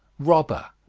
robber,